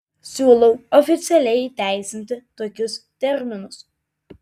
siūlau oficialiai įteisinti tokius terminus